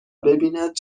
ببیند